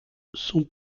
son